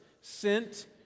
sent